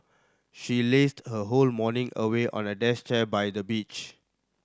she lazed her whole morning away on a deck chair by the beach